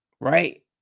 Right